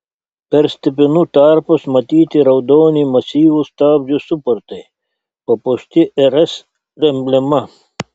per stipinų tarpus matyti raudoni masyvūs stabdžių suportai papuošti rs emblema